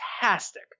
fantastic